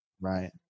Right